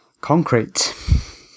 Concrete